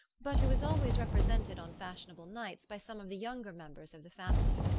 but who was always represented on fashionable nights by some of the younger members of the family.